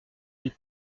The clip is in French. elle